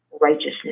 righteousness